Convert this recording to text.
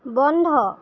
বন্ধ